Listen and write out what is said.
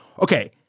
Okay